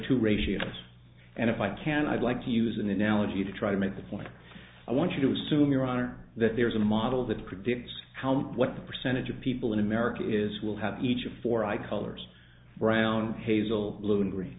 to ratios and if i can i'd like to use an analogy to try to make the point i want you to assume your honor that there is a model that predicts how much what percentage of people in america is will have each of four i colors brown hazel